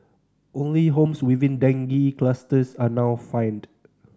only homes within dengue clusters are now fined